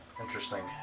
Interesting